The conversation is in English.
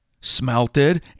smelted